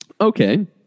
okay